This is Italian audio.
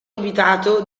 abitato